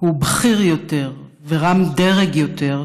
הוא בכיר יותר ורם דרג יותר,